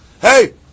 Hey